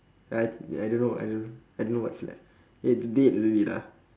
I I don't know I don't I don't know what's left eh d~ dead already lah